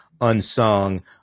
unsung